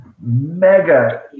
mega